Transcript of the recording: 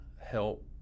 help